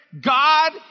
God